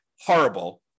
horrible